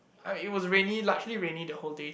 it was rainy largely rainy the whole day